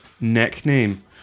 nickname